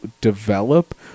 develop